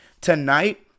Tonight